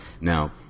Now